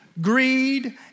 greed